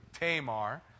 Tamar